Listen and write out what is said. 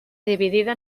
dividida